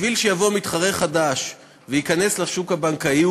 כדי שיבוא מתחרה חדש וייכנס לשוק הבנקאי,